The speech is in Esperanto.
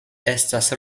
estas